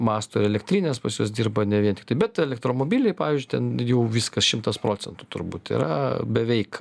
masto elektrinės pas juos dirba ne vien tiktai bet elektromobiliai pavyzdžiui ten jau viskas šimtas procentų turbūt yra beveik